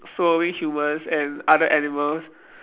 swallowing humans and other animals